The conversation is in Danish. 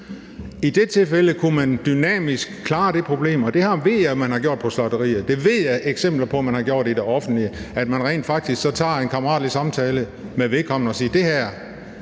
I de tilfælde kunne man dynamisk klare det problem ved – og det ved jeg man har gjort på slagterier, og det har jeg eksempler på, at man har gjort inden for det offentlige – at man rent faktisk tog en kammeratlig samtale med vedkommende og sagde: